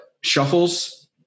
shuffles